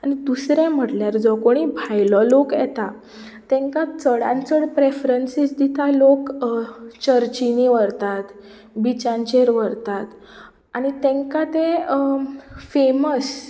आनी दुसरे म्हणल्यार जो कोणीय भायलो लोक येता तेंका चडांत चड प्रेफ्रंसीस दिता लोक चर्चिंनी व्हरतात बीचांचेर व्हरतात आनी तेंकां तें फॅमस